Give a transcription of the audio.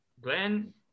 Glenn